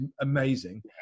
amazing